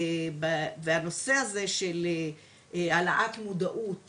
והנושא הזה של העלאת מודעות